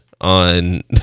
on